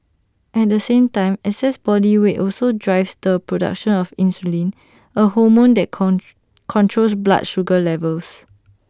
at the same time excess body weight also drives the production of insulin A hormone that come controls blood sugar levels